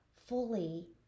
fully